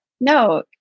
no